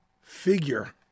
figure